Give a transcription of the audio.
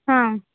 ಹಾಂ